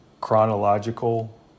chronological